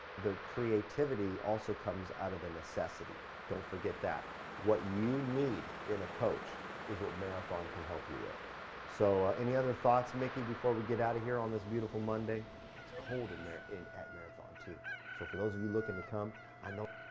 the creativity also comes out of the necessity don't forget that what you need in a coach is what marathon can help you with so any other thoughts mickey before we get out of here on this beautiful monday it's cold in there in at marathon too so for those of you looking to come i know